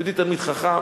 יהודי תלמיד חכם,